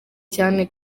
cyane